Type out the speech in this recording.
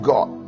God